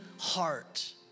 heart